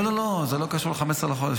לא, לא, זה לא קשור ל-15 בחודש.